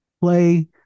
Play